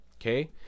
okay